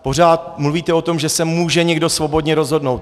Pořád mluvíte o tom, že se může někdo svobodně rozhodnout.